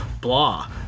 blah